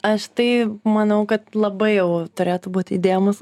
aš tai manau kad labai jau turėtų būt įdėmūs